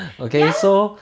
yeah